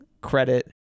credit